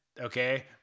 okay